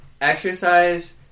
exercise